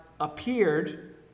appeared